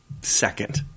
second